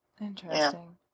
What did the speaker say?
Interesting